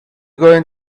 going